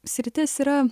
sritis yra